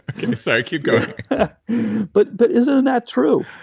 ah kind of sorry, keep going but but isn't and that true?